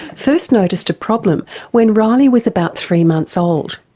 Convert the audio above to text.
first noticed a problem when riley was about three months old.